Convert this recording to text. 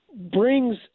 brings